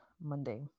Monday